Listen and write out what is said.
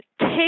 take